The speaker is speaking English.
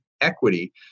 equity